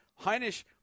Heinisch